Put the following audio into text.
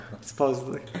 Supposedly